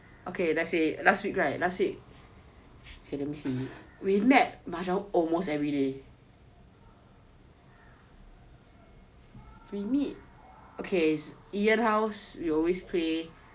okay let's say last week right last week okay let me see we met mahjong almost everyday we meet okay ian house we always play